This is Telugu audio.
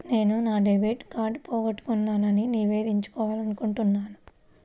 నేను నా డెబిట్ కార్డ్ని పోగొట్టుకున్నాని నివేదించాలనుకుంటున్నాను